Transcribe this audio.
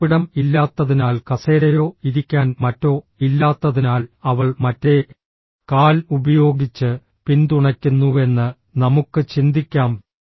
ഇരിപ്പിടം ഇല്ലാത്തതിനാൽ കസേരയോ ഇരിക്കാൻ മറ്റോ ഇല്ലാത്തതിനാൽ അവൾ മറ്റേ കാൽ ഉപയോഗിച്ച് പിന്തുണയ്ക്കുന്നുവെന്ന് നമുക്ക് ചിന്തിക്കാം